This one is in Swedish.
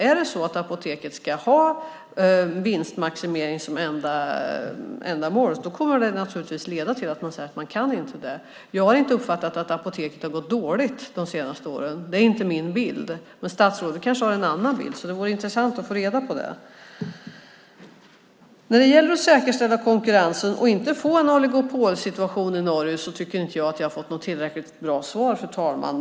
Är det så att Apoteket ska ha vinstmaximering som enda mål kommer det naturligtvis att leda till att man säger att man inte kan ge det. Jag har inte uppfattat att Apoteket har gått dåligt de senaste åren. Det är inte min bild. Men statsrådet kanske har en annan bild, så det vore intressant att få reda på det. När det gäller att säkerställa konkurrensen och inte få en oligopolsituation som i Norge tycker jag inte att jag har fått ett tillräckligt bra svar, fru talman.